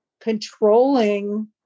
controlling